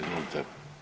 Izvolite.